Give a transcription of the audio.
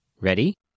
Ready